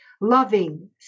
loving